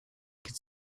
could